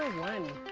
one.